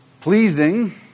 pleasing